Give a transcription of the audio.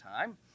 time